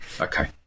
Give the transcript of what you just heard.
Okay